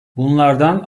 bunlardan